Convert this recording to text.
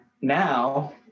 now